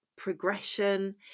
progression